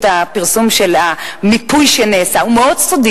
הפרסום של המיפוי שנעשה: הוא מאוד סודי,